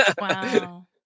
Wow